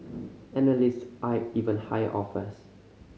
analysts eyed even higher offers